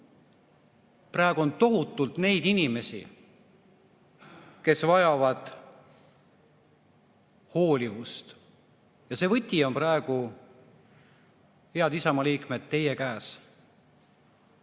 praegu on tohutult neid inimesi, kes vajavad hoolivust. Ja see võti on praegu, head Isamaa liikmed, teie käes.